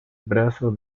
brazo